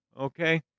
Okay